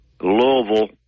Louisville